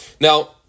Now